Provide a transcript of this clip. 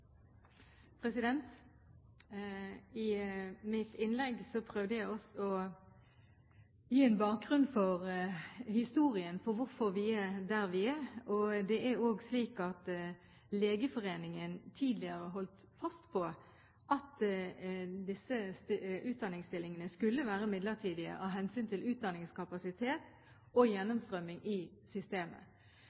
I mitt innlegg prøvde jeg å gi bakgrunnen for hvorfor vi er der vi er. Det er også slik at Legeforeningen tidligere holdt fast på at disse utdanningsstillingene skulle være midlertidige, av hensyn til utdanningskapasitet og gjennomstrømming i systemet.